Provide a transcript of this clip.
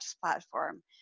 platform